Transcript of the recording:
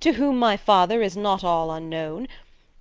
to whom my father is not all unknown